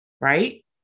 right